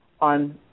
on